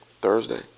Thursday